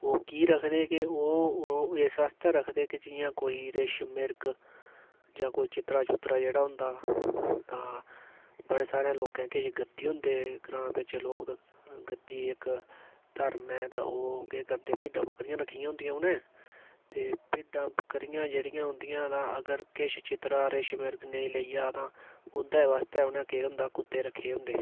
ओह् कीऽ रखदे की ओह् ओह् इस आस्तै रखदे की जि'यां कोई रिश मिरग कोई चित्तरा चुतरा जेह्ड़ा होंदा तां बड़े सारे लोकें किश गद्दी होंदे ग्रांऽ बिच लोग गद्दी इक धर्म ऐ ते ओह् केह् करदे भिड्डां बक्करियां रखी दियां होन्दियां उ'नें ते भिड्डां बक्करियां जेह्ड़िया उं'दियां ते अगर किश चित्तरा रिश मिरग नेईं लेई जा तां उं'दे बास्तै उ'नें केह् होंदा कुत्ते रखे दे होंदे